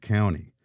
County